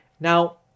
Now